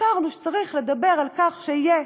הצהרנו שצריך לדבר על כך שיהיה